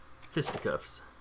fisticuffs